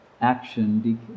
action